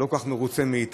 אתה לא כל כך מרוצה מאיתנו,